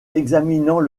examinant